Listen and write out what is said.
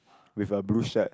with a blue shirt